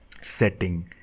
setting